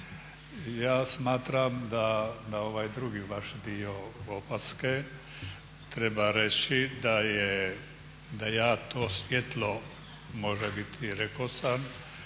Ja smatram da na ovaj drugi vaš dio opaske treba reći da ja to svjetlo može biti i rekao